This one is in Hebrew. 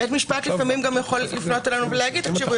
בית המשפט לפעמים גם יכול לפנות אלינו ולהגיד: תקשיבו,